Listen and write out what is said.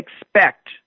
expect